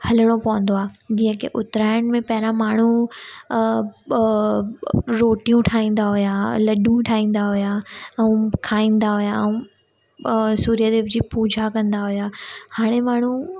हलणो पवंदो आहे जीअं की उतरायण में पहिरां माण्हू अ अ रोटियूं ठाहींदा हुया अ लड्डू ठाहींदा हुया ऐं खाईंदा हुया ऐं अ सूर्य देव जी पूजा कंदा हुया हाणे माण्हू